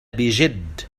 بجد